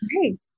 right